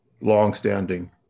longstanding